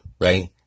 right